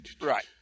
Right